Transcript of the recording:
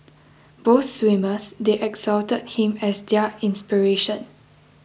both swimmers they exalted him as their inspiration